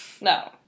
no